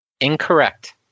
Incorrect